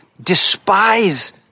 despise